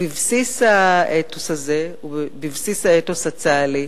בבסיס האתוס הזה ובבסיס האתוס הצה"לי,